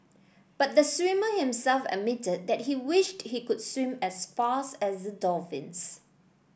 but the swimmer himself admitted that he wished he could swim as fast as the dolphins